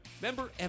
member